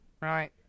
Right